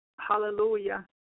hallelujah